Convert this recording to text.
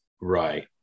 Right